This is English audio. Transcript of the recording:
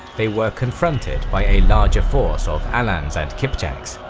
they were confronted by a larger force of alans and kipchaks.